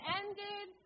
ended